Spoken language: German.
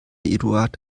eduard